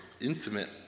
intimate